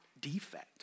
defect